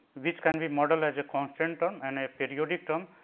which can be modelled as a constant term and a a periodic term.